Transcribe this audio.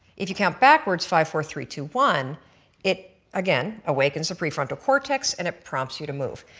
if you count backwards five, four, three, two, one it again awakens the prefrontal cortex and it prompts you to move.